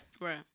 right